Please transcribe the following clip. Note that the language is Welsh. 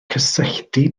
cysylltu